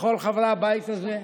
לכל חברי הבית הזה: